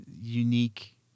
unique